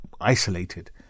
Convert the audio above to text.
isolated